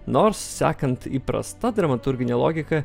nors sekant įprasta dramaturgine logika